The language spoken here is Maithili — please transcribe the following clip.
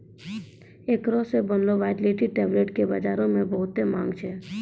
एकरा से बनलो वायटाइलिटी टैबलेट्स के बजारो मे बहुते माँग छै